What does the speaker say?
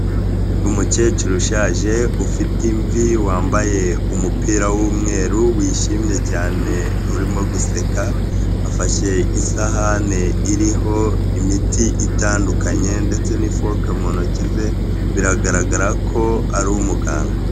Umukecuru ushaje ufite imvi wambaye umupira w'umweru wishimye cyane urimo guseka, afashe isahane iriho imiti itandukanye ndetse n'ifuka mu ntoki ze biragaragara ko ari umuganga.